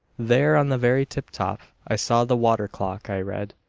there, on the very tip-top i saw the water clock. i read,